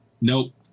Nope